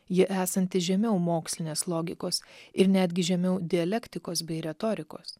ji esanti žemiau mokslinės logikos ir netgi žemiau dialektikos bei retorikos